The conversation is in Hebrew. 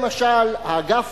למשל האגף